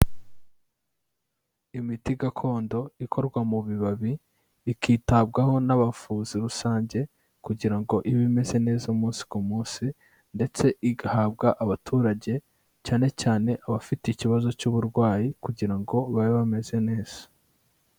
Imiti gakondo ikorwa mu bibabi ikitabwaho n'abavuzi rusange, kugira ngo ibe imeze neza umunsi ku munsi, ndetse igahabwa abaturage, cyane cyane abafite ikibazo cy'uburwayi kugira ngo babe bameze neza.